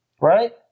right